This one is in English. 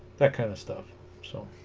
that kind of stuff so